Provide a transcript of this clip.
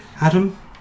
Adam